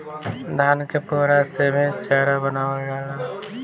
धान के पुअरा से भी चारा बनावल जाला